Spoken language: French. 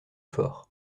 fort